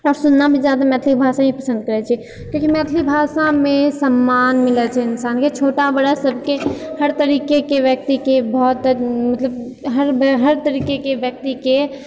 आओर सुनना भी जादा मैथिली भाषा ही पसन्द करैत छियै किआकि मैथिली भाषामे सम्मान मिलै छै इन्सानके छोटा बड़ा सबके हर तरीकेके व्यक्तके बहुत मतलब हर बेर हर तरीकेके व्यक्तिके